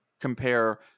compare